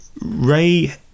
Ray